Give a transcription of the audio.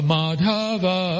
Madhava